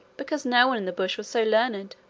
because no one in the bush was so learned.